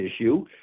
issue